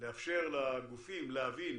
תאפשר לגופים להבין